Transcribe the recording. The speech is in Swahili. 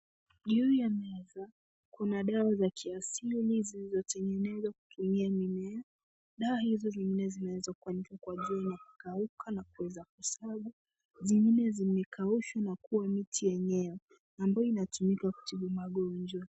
Juu ya meza, kuna dawa za kiasili zinazo tengenezwa kutumia mimea. Dawa hizo zingine zinaweza kuanikwa kwa jua na kukauka na kuweza kusagwa. Zingine zimekaushwa na kuwa miti yenyewe ambayo inatumika kutibu magonjwa.